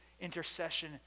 intercession